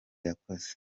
yakoze